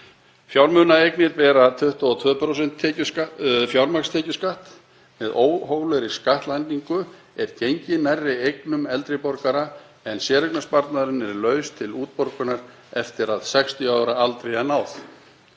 Fjármunaeignir bera 22% fjármagnstekjuskatt. Með óhóflegri skattlagningu er gengið nærri eignum eldri borgara en séreignarsparnaðurinn er laus til útborgunar eftir að 60 ára aldri er náð.